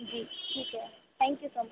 जी ठीक है thank you so much